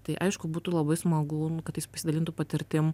tai aišku būtų labai smagu kad jis pasidalintų patirtim